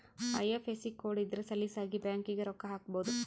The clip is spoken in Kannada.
ಐ.ಎಫ್.ಎಸ್.ಸಿ ಕೋಡ್ ಇದ್ರ ಸಲೀಸಾಗಿ ಬ್ಯಾಂಕಿಗೆ ರೊಕ್ಕ ಹಾಕ್ಬೊದು